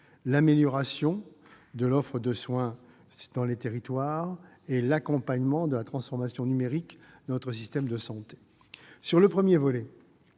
l'amélioration de l'offre de soins dans les territoires et l'accompagnement de la transformation numérique de notre système de santé. Sur le premier volet,